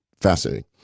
fascinating